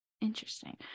Interesting